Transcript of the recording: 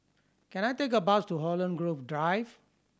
can I take a bus to Holland Grove Drive